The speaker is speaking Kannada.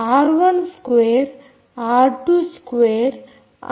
ಆರ್12 ಆರ್22 ಆರ್32